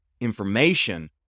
information